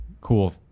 cool